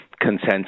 consensus